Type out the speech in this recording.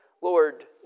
Lord